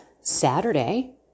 Saturday